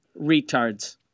retards